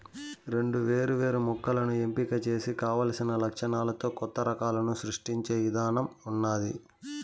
రెండు వేరు వేరు మొక్కలను ఎంపిక చేసి కావలసిన లక్షణాలతో కొత్త రకాలను సృష్టించే ఇధానం ఉన్నాది